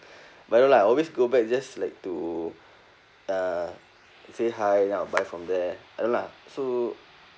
but no lah always go back just like to uh say hi then I'll buy from there I know lah so